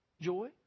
joy